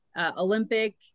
Olympic